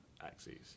axes